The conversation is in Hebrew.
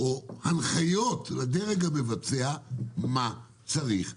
או הנחיות לדרג המבצע מה צריך לעשות,